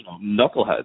knuckleheads